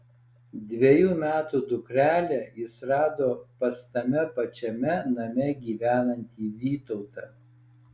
dvejų metų dukrelę jis rado pas tame pačiame name gyvenantį vytautą